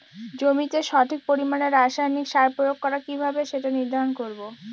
জমিতে সঠিক পরিমাণে রাসায়নিক সার প্রয়োগ করা কিভাবে সেটা নির্ধারণ করব?